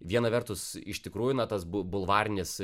viena vertus iš tikrųjų na tas bu bulvarinis